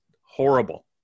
horrible